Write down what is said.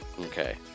okay